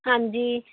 ਹਾਂਜੀ